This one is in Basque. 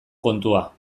kontua